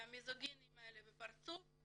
והמיזוגניים האלה בפרצוף.